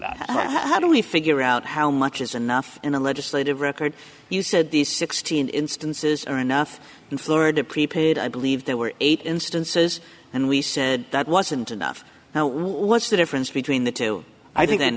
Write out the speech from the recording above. that how do we figure out how much is enough in a legislative record you said these sixteen instances are enough in florida prepaid i believe there were eight instances and we said that wasn't enough now what's the difference between the two i think